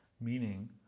meaning